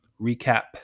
recap